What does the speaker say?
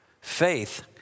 faith